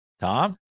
Tom